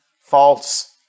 False